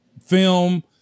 film